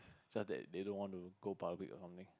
such that they don't want to go public or something